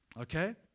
Okay